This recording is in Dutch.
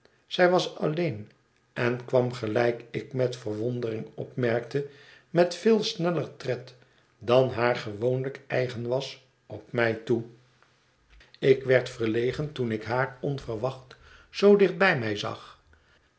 zij was alleen en kwam gelijk ik met verwondering opmerkte met veel sneller tred dan haar gewoonlijk eigen was op mij toe ik werd verlegen toen ik haar onverwacht zoo dicht bij mij zag